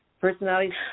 Personality